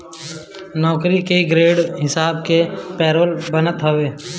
नौकरी के ग्रेड के हिसाब से पेरोल बनत हवे